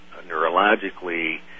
neurologically